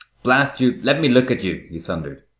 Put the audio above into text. blast you, let me look at you! he thundered.